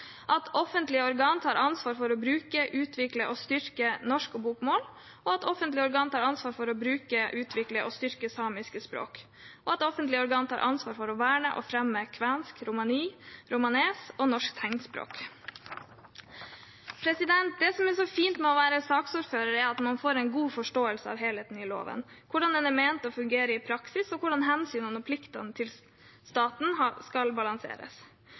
at offentlige organ tar ansvar for å bruke, utvikle og styrke norsk og bokmål, at offentlige organ tar ansvar for å bruke, utvikle og styrke samiske språk, og at offentlige organ tar ansvar for å verne og fremme kvensk, romani, romanes og norsk tegnspråk. Det som er så fint med å være saksordfører, er at man får en god forståelse av helheten i loven, hvordan den er ment å fungere i praksis, og hvordan hensynene og pliktene til staten skal balanseres.